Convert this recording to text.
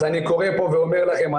אז אני קורא פה ואומר לכם,